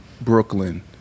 Brooklyn